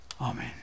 Amen